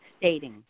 Stating